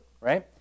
right